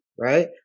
right